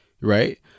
right